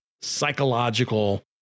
psychological